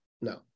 No